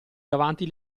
davanti